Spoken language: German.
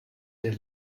der